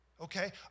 Okay